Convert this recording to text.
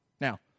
Now